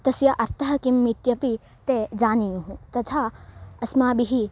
तस्य अर्थः कः इत्यपि ते जानीयुः तथा अस्माभिः